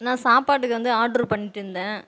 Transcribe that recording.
நான் சாப்பாட்டுக்கு வந்து ஆர்டரு பண்ணிட்ருந்தேன்